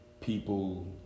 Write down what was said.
people